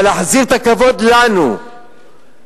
אבל להחזיר את הכבוד לנו ולצה"ל,